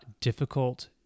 Difficult